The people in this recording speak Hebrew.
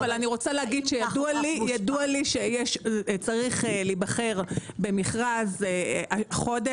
אבל אני רוצה להגיד שידוע לי שהחודש צריך להיבחר במכרז זכיין,